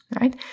right